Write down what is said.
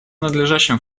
надлежащим